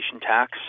tax